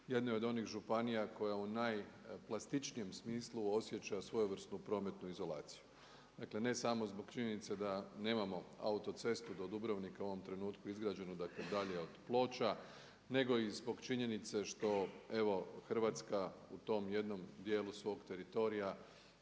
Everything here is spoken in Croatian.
jednih od onih županija koja u najplastičnijem smislu osjeća svojevrsnu prometnu izolaciju. Dakle ne samo zbog činjenice da nemamo autocestu do Dubrovnika u ovom trenutku izgrađenu, dakle dalje od Ploča nego i zbog činjenice što Hrvatska u tom jednom dijelu svog teritorija